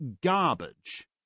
garbage